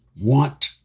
want